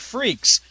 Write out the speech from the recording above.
Freaks